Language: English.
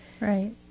right